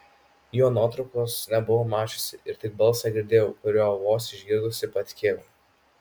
jo nuotraukos nebuvau mačiusi ir tik balsą girdėjau kuriuo vos išgirdusi patikėjau